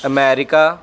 America